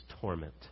torment